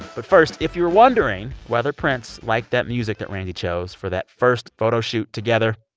but first, if you're wondering whether prince liked that music that randee chose for that first photo shoot together.